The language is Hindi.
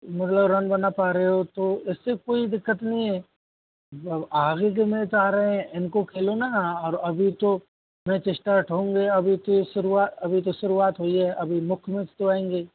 मतलब रन बना पा रहे हो तो इससे कोई दिक्कत नहीं है जब आगे के मैच आ रहे हैं इनको खेलो ना और अभी तो मैच इष्टार्ट होंगे अभी की शुरुआ अभी तो शुरुआत हुई है अभी मुख्य मैच तो आएंगे